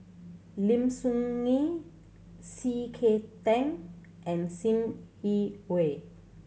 Lim Soo Ngee C K Tang and Sim Yi Hui